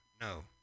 No